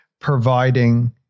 providing